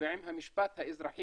ועם המשפט האזרחי,